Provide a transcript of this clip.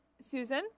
Susan